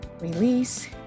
release